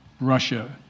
russia